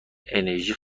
انرژی